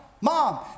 Mom